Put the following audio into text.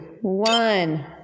one